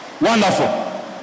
Wonderful